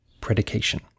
predication